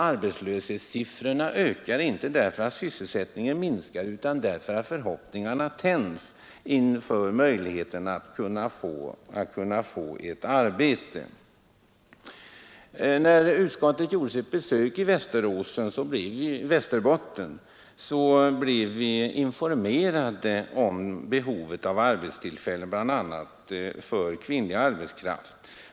Arbetslöshetssiffrorna ökar inte därför att sysselsättningen minskar utan därför att förhoppningarna tänds inför möjligheten att kunna få ett arbete. Vid utskottets besök i Västerbotten blev vi informerade om behovet av arbetstillfällen för bl.a. kvinnlig arbetskraft.